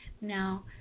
Now